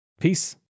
Peace